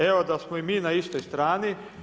Evo da smo i mi na istoj strani.